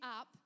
up